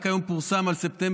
רק היום פורסם על ספטמבר,